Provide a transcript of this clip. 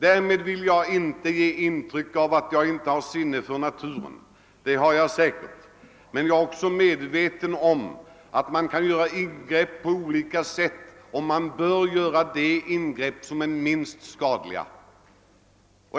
Därmed vill jag inte att någon skall tro att jag saknar sinne för naturen ty det gör jag inte, men jag är också medveten om att ingrepp kan göras på olika sätt, varvid man bör välja de minst skadliga.